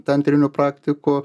tantrinių praktikų